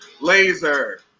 Laser